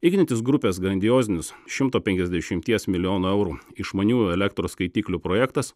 ignitis grupės grandiozinius šimto penkiasdešimties milijono eurų išmaniųjų elektros skaitiklių projektas